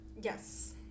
Yes